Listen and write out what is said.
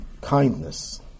kindness